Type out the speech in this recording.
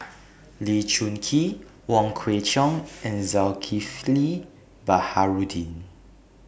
Lee Choon Kee Wong Kwei Cheong and Zulkifli Baharudin